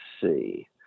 see